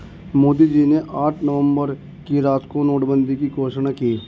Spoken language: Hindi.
मोदी जी ने आठ नवंबर की रात को नोटबंदी की घोषणा की